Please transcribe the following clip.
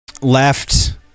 left